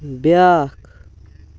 بیٛاکھ